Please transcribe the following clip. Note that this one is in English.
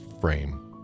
frame